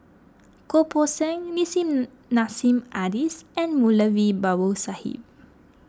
Goh Poh Seng Nissim Nassim Adis and Moulavi Babu Sahib